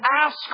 ask